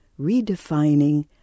redefining